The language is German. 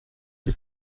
die